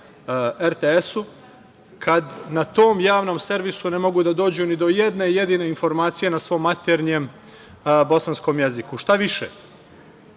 RTS-u, kad na tom javnom servisu ne mogu da dođu ni do jedne jedine informacije na svom maternjem bosanskom jeziku? Šta više,